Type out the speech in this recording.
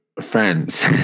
friends